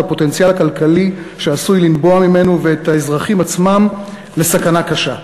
את הפוטנציאל הכלכלי שעשוי לנבוע ממנו ואת האזרחים עצמם לסכנה קשה.